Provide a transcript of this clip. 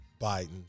Biden